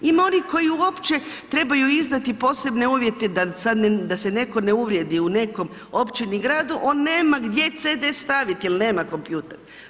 Ima onih koji uopće trebaju izdati posebne uvjete da se netko ne uvrijedi u nekom općini, gradu, on nema gdje CD staviti jer nema kompjuter.